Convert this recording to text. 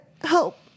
help